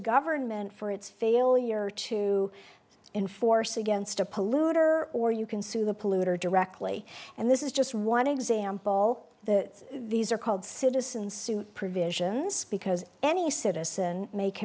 government for its failure to enforce against a polluter or you can sue the polluter directly and this is just one example that these are called citizen suit provisions because any citizen ma